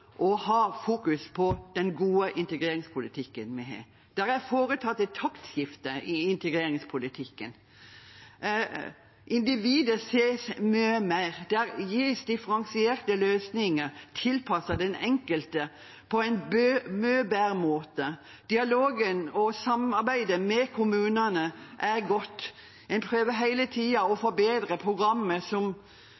å ha fokus på den gode integreringspolitikken vi har. Det er foretatt et taktskifte i integreringspolitikken. Individet ses mye mer. Det gis differensierte løsninger tilpasset den enkelte på en mye bedre måte. Dialogen og samarbeidet med kommunene er godt. Man prøver hele tiden å